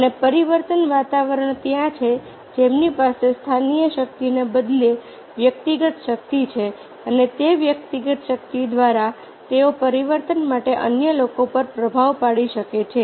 અને પરિવર્તન વાતાવરણ ત્યાં છે જેમની પાસે સ્થાનીય શક્તિને બદલે વ્યક્તિગત શક્તિ છે અને તે વ્યક્તિગત શક્તિ દ્વારા તેઓ પરિવર્તન માટે અન્ય લોકો પર પ્રભાવ પાડી શકે છે